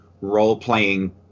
role-playing